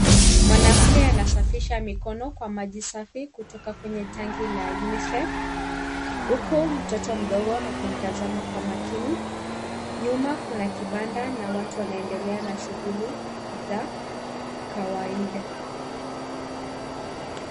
Mwanamke anasafisha mikono kwa maji safi kutoka kwenye tanki la UNICEF. Huku mtoto mdogo akimtazama kwa makini. Nyuma kuna kibanda na watu wanaendelea na shughuli za kawaida.